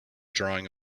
drawing